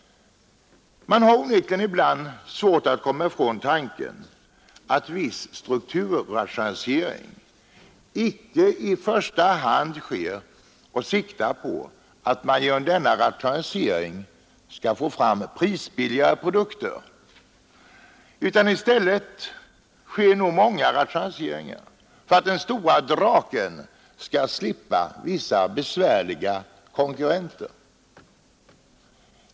Man har onekligen ibland svårt att komma ifrån tanken att viss strukturrationalisering icke i första hand siktar på att få fram prisbilligare produkter, utan i stället sker nog många rationaliseringar för att ”den stora draken” skall slippa vissa besvärliga konkurrenter.